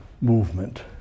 movement